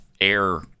air